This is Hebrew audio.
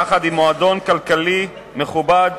יחד עם מועדון כלכלי מכובד